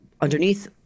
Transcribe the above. underneath